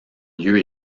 lieu